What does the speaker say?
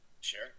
Sure